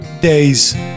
days